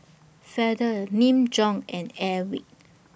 Feather Nin Jiom and Airwick